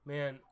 Man